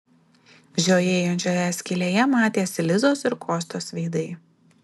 žiojėjančioje skylėje matėsi lizos ir kostios veidai